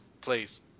please